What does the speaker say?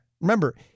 remember